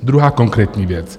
Druhá konkrétní věc.